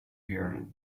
here